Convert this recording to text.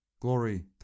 Glory